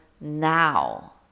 now